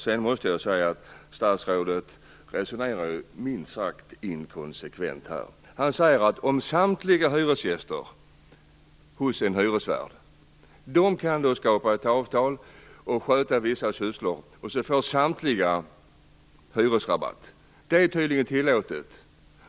Jag måste säga att statsrådet resonerar minst sagt inkonsekvent. Han säger att om samtliga hyresgäster hos en hyresvärd kan skapa ett avtal och sköta vissa sysslor så får samtliga hyresrabatt. Det är tydligen tillåtet.